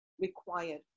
required